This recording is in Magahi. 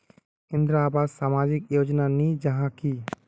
इंदरावास सामाजिक योजना नी जाहा की?